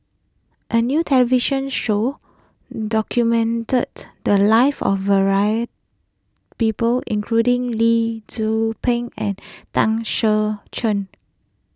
a new television show documented the lives of people including Lee Tzu Pheng and Tan Ser Cher